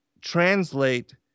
translate